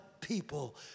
people